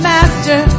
Master